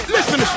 Listen